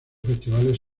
festivales